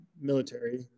military